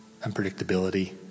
unpredictability